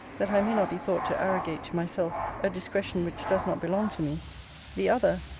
that i may not be thought to arrogate to myself a discretion which does not belong to me the other,